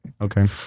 Okay